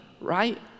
right